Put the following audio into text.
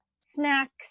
snacks